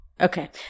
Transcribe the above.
Okay